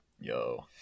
Yo